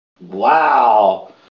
wow